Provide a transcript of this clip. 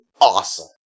Awesome